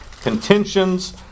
contentions